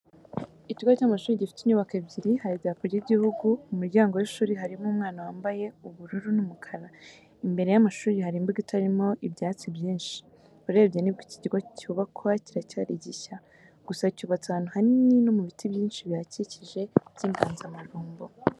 Ikigo cy'amashuri gifite inyubako ebyiri, hari idarapo ry'igihugu, mu muryango w'ishuri harimo umwana wambaye ubururu n'umukara. Imbere y'amashuri hari imbuga itarimo ibyatsi byinshi, urebye nibwo iki kigo kicyubakwa kiracyari gishya, gusa cyubatse ahantu hanini no mu biti byinshi bihakikije by'inganzamarumbo.